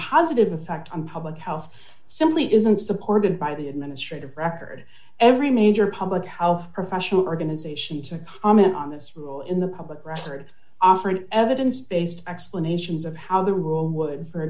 positive effect on public health simply isn't supported by the administrative record every major public health professional organization to comment on this rule in the public record offer an evidence based explanations of how the rule would for